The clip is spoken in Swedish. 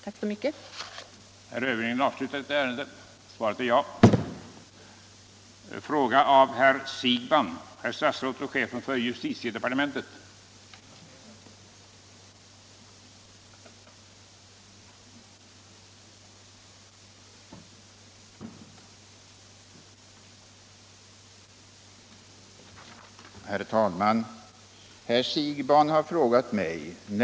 Än en gång tack för svaret!